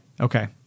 okay